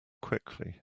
quickly